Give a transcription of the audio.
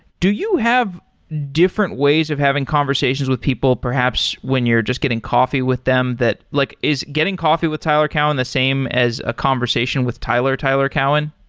do you have different ways of having conversations with people perhaps when you're just getting coffee with them? like is getting coffee with tyler cowen the same as a conversation with tyler, tyler cowen?